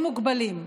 מוגבלים.